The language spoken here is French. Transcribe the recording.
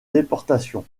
déportation